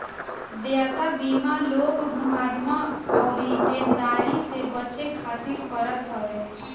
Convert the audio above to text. देयता बीमा लोग मुकदमा अउरी देनदारी से बचे खातिर करत हवे